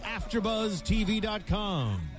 AfterBuzzTV.com